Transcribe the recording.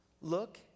Look